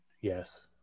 Yes